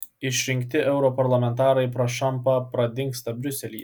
išrinkti europarlamentarai prašampa pradingsta briuselyje